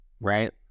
Right